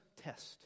test